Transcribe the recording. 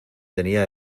tenía